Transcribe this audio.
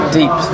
deep